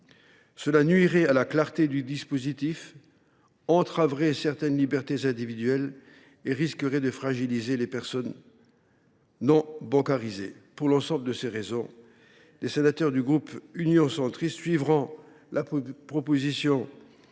Cela nuirait à la clarté du dispositif, entraverait certaines libertés individuelles et risquerait de fragiliser les personnes non bancarisées. Pour l’ensemble de ces raisons, les sénateurs du groupe Union Centriste suivront la position